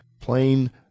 plain